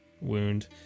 wound